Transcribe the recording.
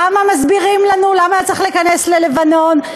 למה מסבירים לנו למה היה צריך להיכנס ללבנון?